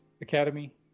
Academy